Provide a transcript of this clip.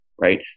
Right